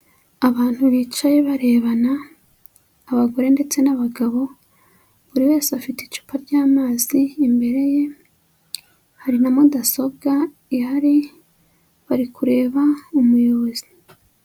Abantu bicaye barebana abagore ndetse n'abagabo, buri wese afite icupa ry'amazi imbere ye, hari na mudasobwa ihari bari kureba umuyobozi.